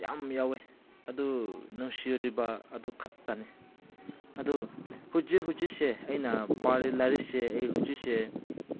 ꯌꯥꯝ ꯌꯥꯎꯋꯦ ꯑꯗꯨ ꯅꯨꯡꯁꯤꯔꯨꯔꯤꯕ ꯑꯗꯨ ꯈꯛꯇꯅꯤ ꯑꯗꯨ ꯍꯧꯖꯤꯛ ꯍꯧꯖꯤꯛꯁꯦ ꯑꯩꯅ ꯄꯥꯔꯤ ꯂꯥꯏꯔꯤꯛꯁꯦ ꯑꯩ ꯍꯧꯖꯤꯛꯁꯦ